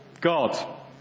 God